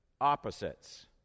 opposites